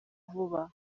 vuba